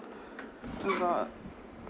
about